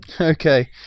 Okay